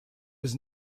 was